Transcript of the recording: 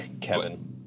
Kevin